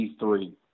E3